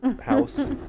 house